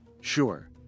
Sure